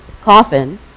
coffin